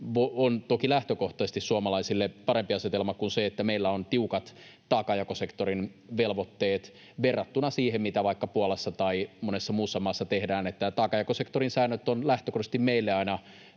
on toki lähtökohtaisesti suomalaisille parempi asetelma kuin se, että meillä on tiukat taakanjakosektorin velvoitteet verrattuna siihen, mitä vaikka Puolassa tai monessa muussa maassa tehdään. Taakanjakosektorin säännöt ovat lähtökohtaisesti aina